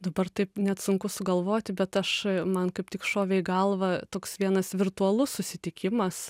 dabar taip net sunku sugalvoti bet aš man kaip tik šovė į galvą toks vienas virtualus susitikimas